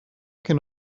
can